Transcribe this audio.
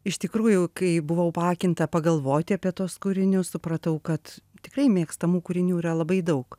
iš tikrųjų kai buvau paakinta pagalvoti apie tuos kūrinius supratau kad tikrai mėgstamų kūrinių yra labai daug